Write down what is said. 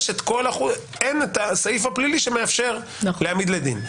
אין את הסעיף הפלילי שמאפשר להעמיד לדין.